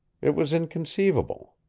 it was inconceivable.